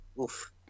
Oof